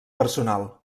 personal